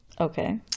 okay